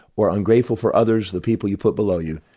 or ungrateful for others the people you put below you,